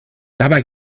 dabei